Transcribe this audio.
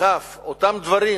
אותם דברים